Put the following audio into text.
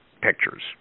pictures